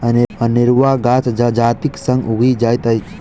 अनेरुआ गाछ जजातिक संग उगि जाइत अछि